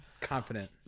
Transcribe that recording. confident